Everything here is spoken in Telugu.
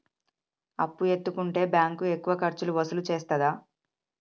అప్పు ఎత్తుకుంటే బ్యాంకు ఎక్కువ ఖర్చులు వసూలు చేత్తదా?